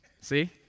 See